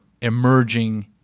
emerging